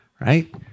right